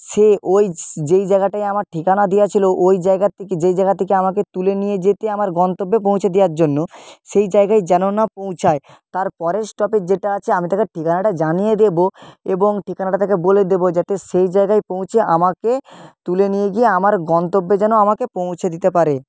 সে ওই যেই জায়গাটায় আমার ঠিকানা দেওয়া ছিলো ওই জায়গার থেকে যে জায়গা থেকে আমাকে তুলে নিয়ে যেতে আমার গন্তব্যে পৌঁছে দেওয়ার জন্য সেই জায়গায় যেন না পৌঁছায় তার পরের স্টপেজ যেটা আছে আমি তাকে ঠিকানাটা জানিয়ে দেবো এবং ঠিকানাটা থেকে বলে দেবো যাতে সেই জায়গায় পৌঁছে আমাকে তুলে নিয়ে গিয়ে আমার গন্তব্যে যেন আমাকে পৌঁছে দিতে পারে